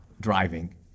driving